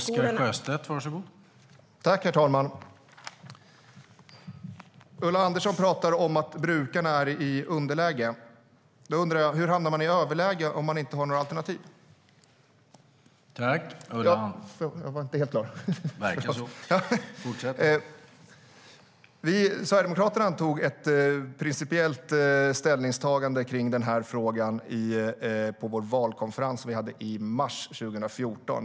Herr talman! Ulla Andersson talar om att brukarna är underläge. Hur man hamnar i överläge, om man inte har några alternativ? Sverigedemokraterna antog ett principiellt ställningstagande i frågan på vår valkonferens i mars 2014.